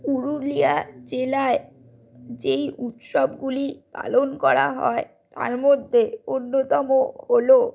পুরুলিয়া জেলায় যেই উৎসবগুলি পালন করা হয় তার মধ্যে অন্যতম হল